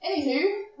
anywho